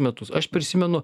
metus aš prisimenu